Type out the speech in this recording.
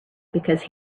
because